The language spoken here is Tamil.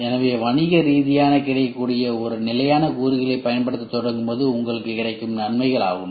இவைகள் வணிக ரீதியாக கிடைக்கக்கூடிய ஒரு நிலையான கூறுகளைப் பயன்படுத்தத் தொடங்கும்போது உங்களுக்கு கிடைக்கும் நன்மைகள் ஆகும்